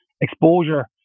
exposure